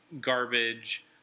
garbage